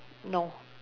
no